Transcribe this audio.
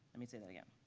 i mean say that again,